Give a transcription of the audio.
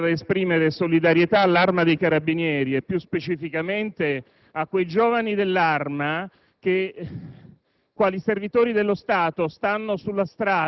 intervengo per esprimere solidarietà all'Arma dei carabinieri e più specificamente a quei giovani dell'Arma che